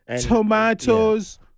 Tomatoes